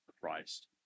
Christ